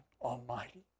Almighty